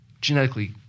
genetically